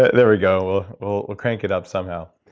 ah there we go. ah we'll we'll crank it up somehow.